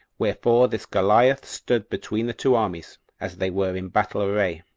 wherefore this goliath stood between the two armies, as they were in battle array,